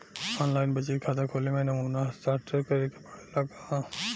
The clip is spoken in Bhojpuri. आन लाइन बचत खाता खोले में नमूना हस्ताक्षर करेके पड़ेला का?